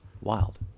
Wild